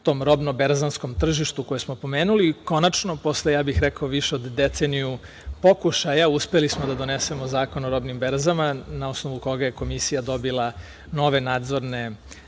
tom robno-berzanskom tržištu koje smo pomenuli. Konačno, posle, ja bih rekao, više od deceniju pokušaja, uspeli smo da donesemo Zakon o robnim berzama, na osnovu koga je Komisija dobila nove nadzorne